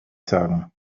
sagen